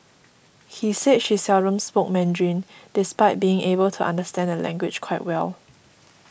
he say she seldom spoke Mandarin despite being able to understand the language quite well